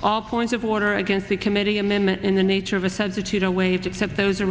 all points of order against the committee amendment in the nature of a said to to to waive except those ar